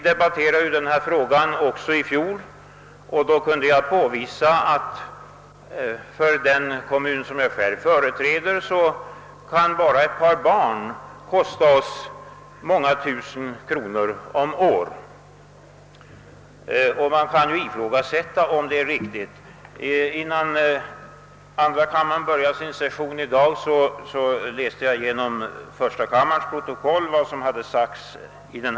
Denna fråga debatterades ju också i fjol, och jag kunde då påvisa att när det gäller den kommun som jag själv företräder kan endast ett par barn kosta många tusen kronor om året. Man kan ifrågasätta om detta är rimligt. Innan andra kammarens plenum började i dag läste jag i första kammarens protokoll vad som där yttrats i frågan.